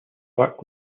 arc